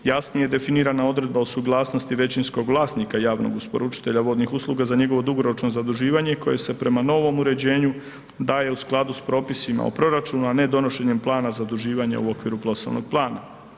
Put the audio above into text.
Jasnije definirana odredba o suglasnosti većinskog vlasnika javnog isporučitelja vodnih usluga za njegovo dugoročno zaduživanje koje se prema novom uređenju daje u skladu sa propisima o proračunu a ne donošenjem plana zaduživanja u okviru poslovnog plana.